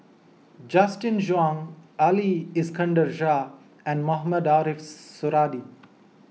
Justin Zhuang Ali Iskandar Shah and Mohamed Ariff Suradi